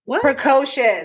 Precocious